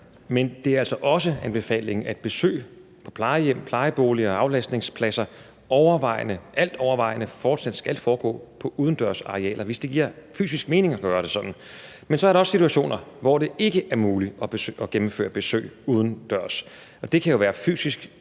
Men det er altså også anbefalingen, at besøg på plejehjem, plejeboliger og aflastningspladser altovervejende fortsat skal foregå på udendørsarealer, hvis det giver fysisk mening at gøre det sådan. Men så er der også situationer, hvor det ikke er muligt at gennemføre besøg udendørs. Det kan jo være fysisk,